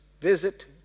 visit